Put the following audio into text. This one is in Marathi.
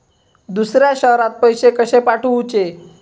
दुसऱ्या शहरात पैसे कसे पाठवूचे?